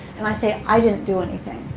and i say, i didn't do anything.